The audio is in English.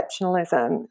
exceptionalism